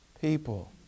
people